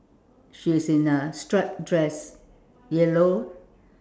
she is in a striped dress yellow